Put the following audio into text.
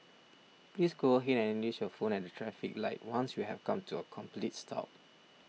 please go ahead and use your phone at the traffic light once you have come to a complete stop